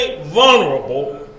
vulnerable